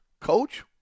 coach